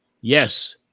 Yes